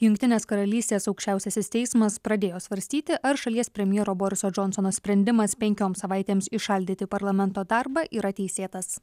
jungtinės karalystės aukščiausiasis teismas pradėjo svarstyti ar šalies premjero boriso džonsono sprendimas penkioms savaitėms įšaldyti parlamento darbą yra teisėtas